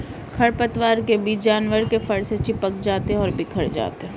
खरपतवार के बीज जानवर के फर से चिपक जाते हैं और बिखर जाते हैं